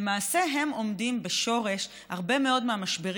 למעשה הם עומדים בשורש הרבה מאוד מהמשברים